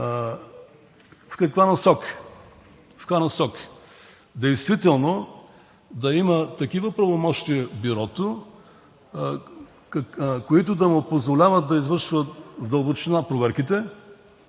В каква насока? Действително бюрото да има такива правомощия, които да му позволяват да извършва в дълбочина проверките